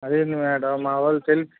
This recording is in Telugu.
అదేంది మేడమ్ మావాళ్ళు